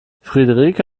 friederike